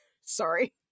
Sorry